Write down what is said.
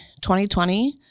2020